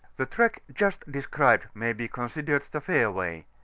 the track just described may be considered the fairway,